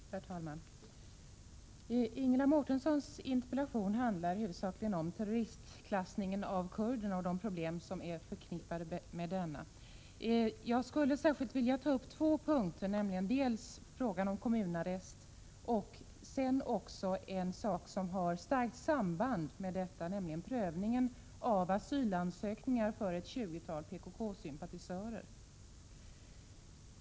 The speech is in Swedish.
Herr talman! Ingela Mårtenssons interpellation handlar huvudsakligen om terroristklassningen av kurderna och de problem som är förknippade med denna. Jag skulle särskilt vilja ta upp två punkter: dels frågan om kommunarrest, dels en fråga som har ett starkt samband med den förstnämnda, nämligen prövningen av asylansökningar från ett tjugotal PKK-sympatisörer.